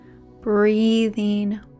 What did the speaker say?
breathing